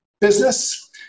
business